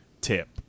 tip